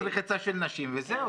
לא, כתוב שזה שעות רחצה של נשים וזהו.